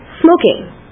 smoking